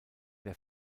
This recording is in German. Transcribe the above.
der